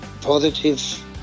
positive